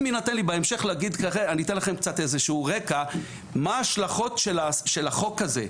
אם יינתן לי בהמשך אני אתן לכם איזה שהוא רקע מה ההשלכות של החוק הזה,